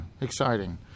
Exciting